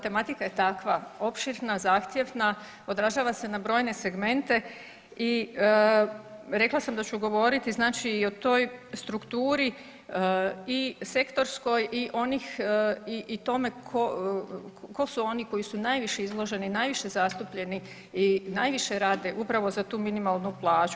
Tematika je takva opširna, zahtjevna, odražava se na brojne segmente i rekla sam da ću govoriti znači i o toj strukturi i sektorskoj i onih i tome tko su oni koji su najviše izloženi, najviše zastupljeni i najviše rade upravo za tu minimalnu plaću.